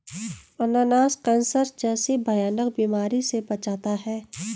अनानास कैंसर जैसी भयानक बीमारी से बचाता है